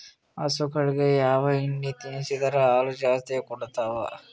ಹಸುಗಳಿಗೆ ಯಾವ ಹಿಂಡಿ ತಿನ್ಸಿದರ ಹಾಲು ಜಾಸ್ತಿ ಕೊಡತಾವಾ?